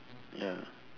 ya